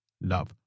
love